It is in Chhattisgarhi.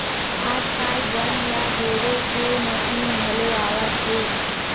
आजकाल बन ल हेरे के मसीन घलो आवत हे